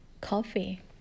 coffee